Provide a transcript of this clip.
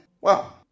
Wow